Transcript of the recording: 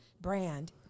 brand